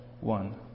one